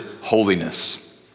holiness